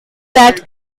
that